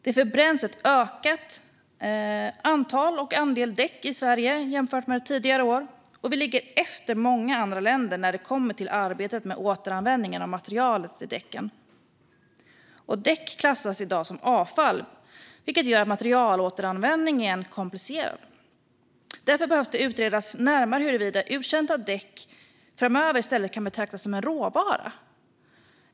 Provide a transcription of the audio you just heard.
Ett ökat antal och en större andel däck förbränns i Sverige jämfört med tidigare år, och vi ligger efter många andra länder när det gäller arbetet med återanvändning av materialet i däcken. Däck klassas i dag som avfall, vilket gör materialåteranvändningen komplicerad. Därför behöver det utredas närmare huruvida uttjänta däck framöver i stället kan betraktas som en råvara.